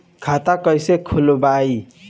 खाता कईसे खोलबाइ?